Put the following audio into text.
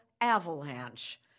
avalanche